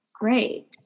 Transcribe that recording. great